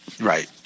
Right